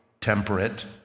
temperate